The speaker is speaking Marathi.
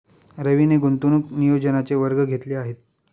रवीने गुंतवणूक नियोजनाचे वर्ग घेतले आहेत